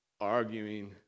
arguing